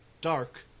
Dark